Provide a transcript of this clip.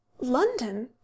London